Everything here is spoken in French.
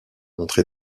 montré